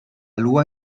loi